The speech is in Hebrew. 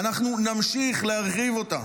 ואנחנו נמשיך להרחיב אותה.